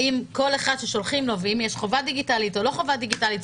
האם כל אחד ששולחים לו והאם יש חובה דיגיטלית או לא חובה דיגיטלית?